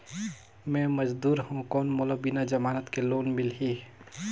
मे मजदूर हवं कौन मोला बिना जमानत के लोन मिलही?